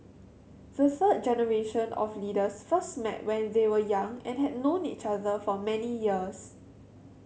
the third generation of leaders first met when they were young and had known each other for many years